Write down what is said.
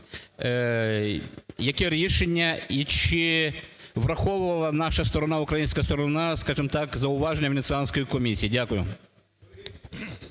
яке рішення? І чи враховувала наша сторона, українська сторона, скажімо так, зауваження Венеціанської комісії? Дякую.